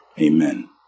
Amen